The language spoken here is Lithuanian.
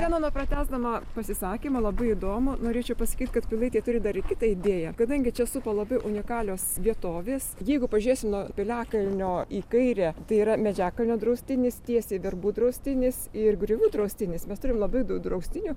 zenono pratęsdama pasisakymą labai įdomų norėčiau pasakyt kad pilaitė turi dar ir kitą idėją kadangi čia supa labai unikalios vietovės jeigu pažiūrėsim nuo piliakalnio į kairę tai yra medžiakalnio draustinis tiesiai verbų draustinis ir griovų draustinis mes turim labai daug draustinių